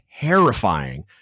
terrifying